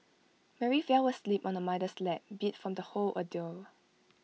Mary fell asleep on her mother's lap beat from the whole ordeal